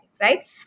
right